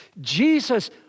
Jesus